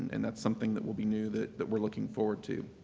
and that's something that will be new that that we're looking forward to.